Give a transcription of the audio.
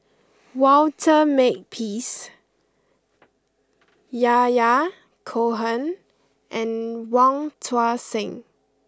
Walter Makepeace Yahya Cohen and Wong Tuang Seng